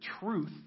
truth